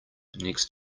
next